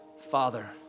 Father